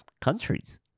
countries